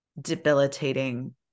debilitating